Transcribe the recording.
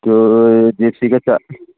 तो जिप्सी के साथी